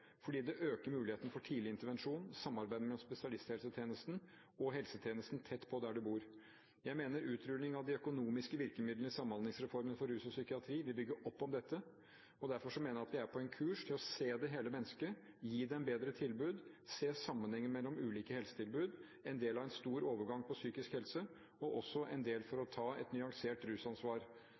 fordi den øker muligheten for tidlig intervensjon – samarbeid mellom spesialisthelsetjenesten og helsetjenesten tett på der du bor. Jeg mener utrulling av de økonomiske virkemidlene i Samhandlingsreformen for rus og psykiatri vil bygge opp om dette. Derfor mener jeg vi er på en kurs til å se det hele mennesket, gi dem bedre tilbud, se sammenhengen mellom ulike helsetilbud – en del av en stor overgang på psykisk helse, også en del for å ta et nyansert rusansvar